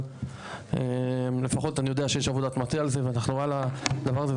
אבל לפחות אני יודע שיש עבודת מטה על זה ואנחנו על הדבר הזה.